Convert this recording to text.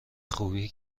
خوبی